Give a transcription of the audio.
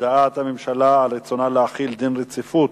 הודעת הממשלה על רצונה להחיל דין רציפות